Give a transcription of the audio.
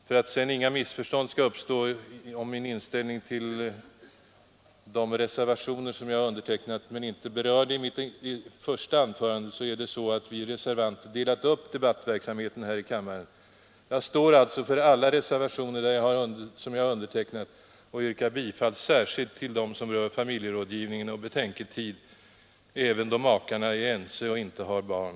För att inga missförstånd skall uppstå om min inställning till de reservationer som jag har undertecknat men inte berörde i mitt första anförande vill jag säga att vi reservanter delat upp debattverksamheten här i kammaren. Jag står alltså för alla reservationer som jag har undertecknat och yrkar bifall särskilt till dem som rör familjerådgivningen och betänketid även då makarna är ense och inte har barn.